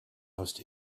most